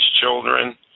children